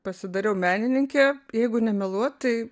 pasidariau menininkė jeigu nemeluot tai